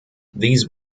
these